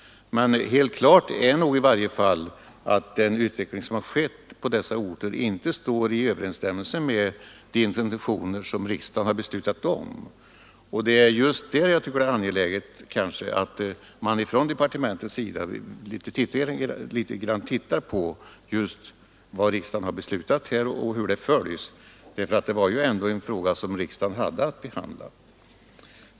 Klart är emellertid att den utveckling som skett på nämnda orter inte står i överenstämmelse med de intentioner riksdagen haft med sina beslut. Och det är just där jag tycker det är angeläget att man på departementet ser litet på vad riksdagen har beslutat och hur besluten har följts, ty detta var ju ändå en fråga som riksdagen hade att behandla.